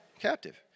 captive